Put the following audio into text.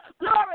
Glory